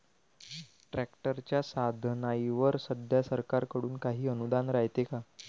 ट्रॅक्टरच्या साधनाईवर सध्या सरकार कडून काही अनुदान रायते का?